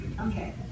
Okay